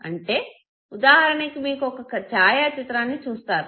అంటే ఉదాహరణకి మీకు ఒక ఛాయాచిత్రాన్ని చూస్తారు